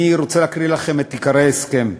אני רוצה להקריא לכם את עיקרי ההסכם: